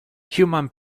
human